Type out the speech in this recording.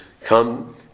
come